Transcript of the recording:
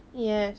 yes